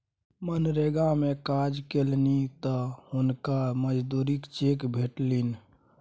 मनरेगा मे काज केलनि तँ हुनका मजूरीक चेक भेटलनि